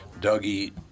Dougie